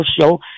show